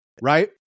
right